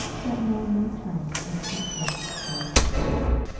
but no new china or cut-glass graced the board,